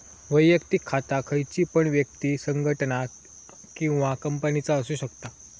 वैयक्तिक खाता खयची पण व्यक्ति, संगठना किंवा कंपनीचा असु शकता